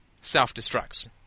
self-destructs